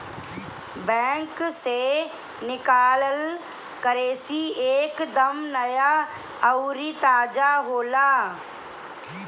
bank से निकालल currency एक दम नया अउरी ताजा होला